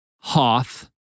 Hoth